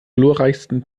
glorreichsten